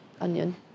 onion